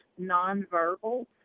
nonverbal